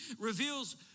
reveals